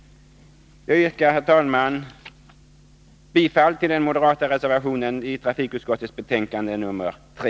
Jag yrkar, herr talman, bifall till den moderata reservationen i trafikutskottets betänkande 3.